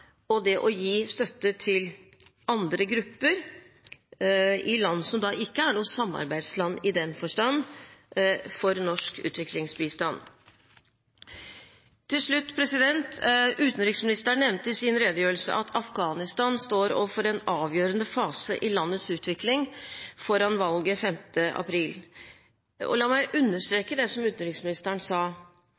og det å gi støtte til andre grupper i land som ikke er noe samarbeidsland for norsk utviklingsbistand i den forstand. Til slutt: Utenriksministeren nevnte i sin redegjørelse at Afghanistan står overfor en avgjørende fase i landets utvikling foran valget 5. april. La meg understreke det utenriksministeren sa